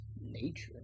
Nature